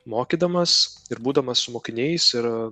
mokydamas ir būdamas su mokiniais ir